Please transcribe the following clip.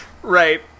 Right